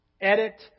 Edit